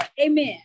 amen